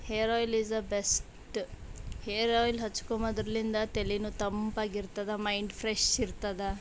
hair oil is a best hair oil ಹಚ್ಕೊಮದರ್ಲಿಂದ ತಲೆನು ತಂಪಾಗಿರ್ತದೆ ಮೈಂಡ್ ಫ್ರೆಶ್ ಇರ್ತದ